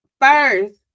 First